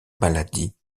maladie